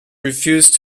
refused